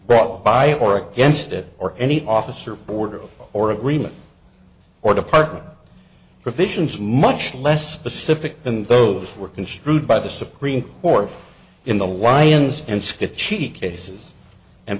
brought by or against it or any office or board or agreement or department provisions much less specific than those were construed by the supreme court in the lions and skip cheek cases and